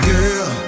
Girl